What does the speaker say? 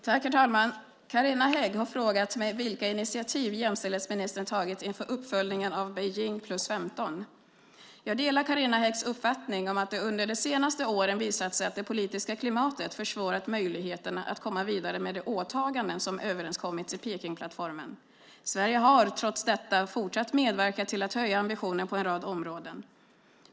Herr talman! Carina Hägg har frågat mig vilka initiativ jämställdhetsministern har tagit inför uppföljningen av Peking + 15. Jag delar Carina Häggs uppfattning att det under de senaste åren visat sig att det politiska klimatet försvårat möjligheterna att komma vidare med de åtaganden som överenskommits i Pekingplattformen. Sverige har trots detta fortsatt medverka till att höja ambitionen på en rad områden.